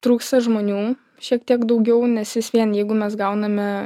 trūksta žmonių šiek tiek daugiau nes vis vien jeigu mes gauname